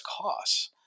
costs